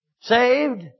saved